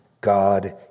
God